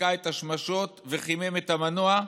ניקה את השמשות וחימם את המנוע,